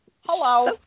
Hello